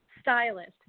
stylist